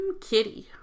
Kitty